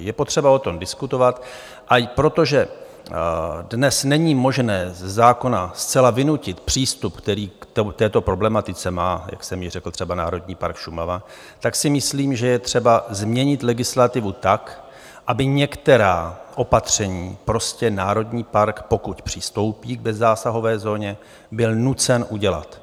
Je potřeba o tom diskutovat i proto, že dnes není možné ze zákona zcela vynutit přístup, který k této problematice má, jak jsem již řekl, třeba Národní park Šumava, tak si myslím, že je třeba změnit legislativu tak, aby některá opatření prostě národní park, pokud přistoupí k bezzásahové zóně, byl nucen udělat.